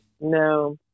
No